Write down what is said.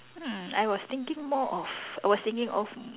mm I was thinking more of I was thinking of